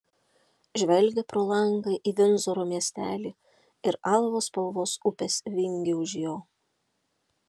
žvelgė pro langą į vindzoro miestelį ir alavo spalvos upės vingį už jo